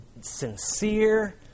sincere